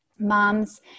moms